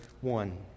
one